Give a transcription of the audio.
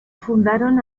fundaron